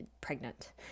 pregnant